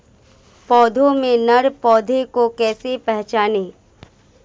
पौधों में नर पौधे को कैसे पहचानें?